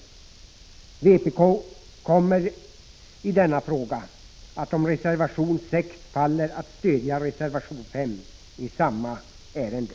Om reservation 6 i denna fråga faller, kommer vpk att stödja reservation 5 i samma ärende.